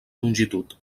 longitud